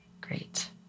great